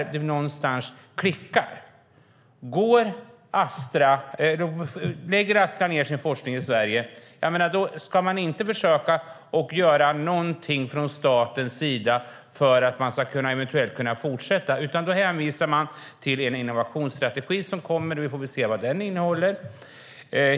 Ska man inte från statens sida om Astra lägger ned sin forskning i Sverige försöka göra någonting så att de eventuellt kan fortsätta med sin verksamhet? I stället hänvisar man till den innovationsstrategi som senare kommer. Vi får väl se vad den innehåller.